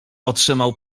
otrzymał